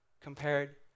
compared